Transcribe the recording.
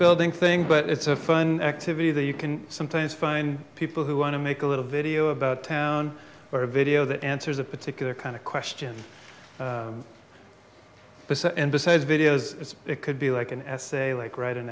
building thing but it's a fun activity that you can sometimes find people who want to make a little video about town or a video that answers a particular kind of question but this is video is it could be like an essay like write an